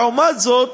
לעומת זאת,